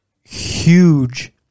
huge